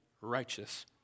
righteous